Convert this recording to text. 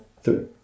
Three